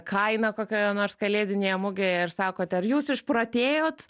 kainą kokioje nors kalėdinėje mugėje ir sakote ar jūs išprotėjot